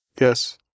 Yes